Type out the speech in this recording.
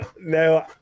no